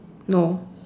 no